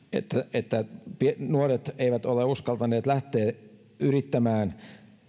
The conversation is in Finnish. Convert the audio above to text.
että nuoret eivät ole uskaltaneet lähteä yrittämään